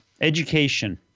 Education